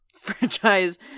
franchise